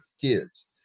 kids